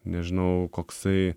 nežinau koksai